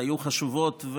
והיו חשובות,